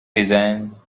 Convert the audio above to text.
design